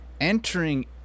entering